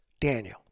Daniel